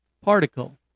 particle